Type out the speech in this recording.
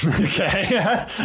Okay